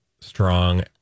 strong